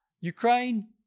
Ukraine